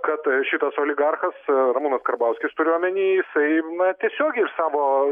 kad šitas oligarchas ramūnas karbauskis turiu omeny jisai na tiesiogiai iš savo